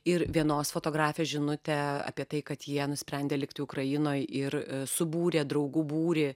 ir vienos fotografės žinutė apie tai kad jie nusprendė likti ukrainoj ir subūrė draugų būrį